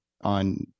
on